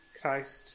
Christ